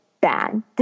bad